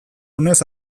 onez